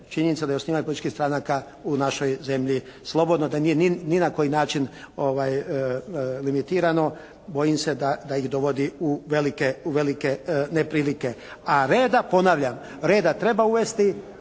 činjenica da je osnivanje političkih stranaka u našoj zemlji slobodno. Da nije ni na koji način limitirano. Bojim se da ih dovodi u velike neprilike. A reda, ponavljam, reda treba uvesti.